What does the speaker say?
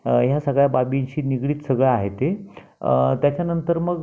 ह्या सगळ्या बाबींशी निगडित सगळं आहे ते त्याच्यानंतर मग